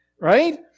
right